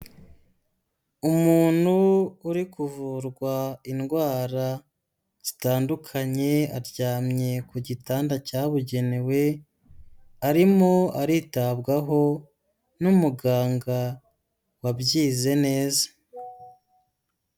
Umuntu uri kuvurwa indwara zitandukanye aryamye ku gitanda cyabugenewe, arimo aritabwaho n'umuganga wabyize neza.